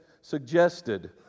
suggested